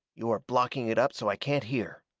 you are blocking it up so i can't hear.